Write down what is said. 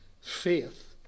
faith